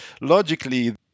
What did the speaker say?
logically